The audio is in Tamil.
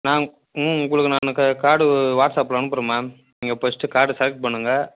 நான் ம் உங்களுக்கு நான் க கார்டு வாட்ஸ்அப்பில் அனுப்புகிறேன் மேம் நீங்கள் ஃபஸ்ட்டு கார்டு செலக்ட் பண்ணுங்கள்